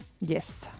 Yes